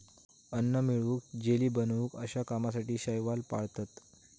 अन्न मिळवूक, जेली बनवूक अश्या कामासाठी शैवाल पाळतत